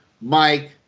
Mike